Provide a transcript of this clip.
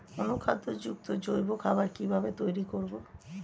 অনুখাদ্য যুক্ত জৈব খাবার কিভাবে তৈরি করব?